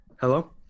Hello